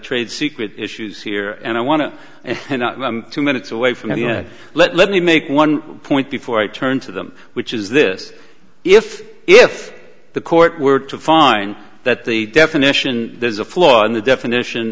trade secret issues here and i want to two minutes away from the end let me make one point before i turn to them which is this if if the court were to find that the definition there's a flaw in the definition